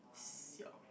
siao